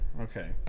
Okay